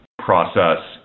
process